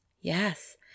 Yes